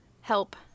Help